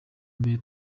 mbere